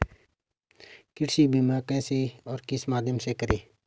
कृषि बीमा कैसे और किस माध्यम से करें?